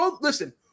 Listen